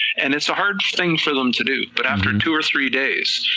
and is a hard thing for them to do, but after two or three days,